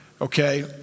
Okay